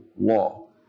law